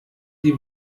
die